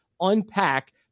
UNPACK